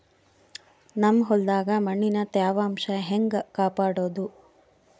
ನಮ್ ಹೊಲದಾಗ ಮಣ್ಣಿನ ತ್ಯಾವಾಂಶ ಹೆಂಗ ಕಾಪಾಡೋದು?